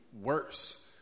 worse